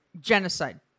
genocide